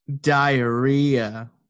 Diarrhea